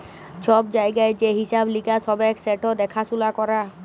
ছব জায়গায় যে হিঁসাব লিকাস হ্যবে সেট দ্যাখাসুলা ক্যরা